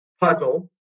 puzzle